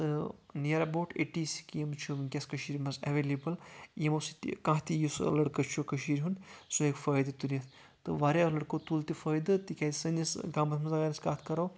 تہٕ نِیر about eighty سکیٖمہٕ چھِ ؤنٛۍکیٚس کٔشیٖرِ منٛز ایٚویلیبل یِمو سۭتۍ تہِ کانٛہہ تہِ یُس لڑکہٕ چھُ کٔشیٖرِ ہُنٛد سُہ ہٮ۪کہِ فٲیِدٕ تُلِتھ تہٕ واریاہو لڑکو تُل تہِ فٲیِدٕ تکیٚازِ سٲنِس گامَس منٛز اَگر أسۍ کَتھ کَرو